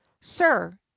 sir